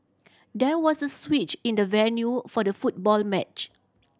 there was a switch in the venue for the football match